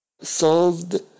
solved